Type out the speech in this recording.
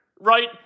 right